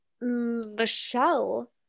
Michelle